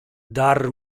dar